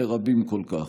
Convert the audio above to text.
לרבים כל כך.